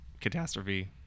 catastrophe